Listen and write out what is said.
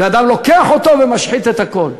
ואדם לוקח אותו ומשחית את הכול.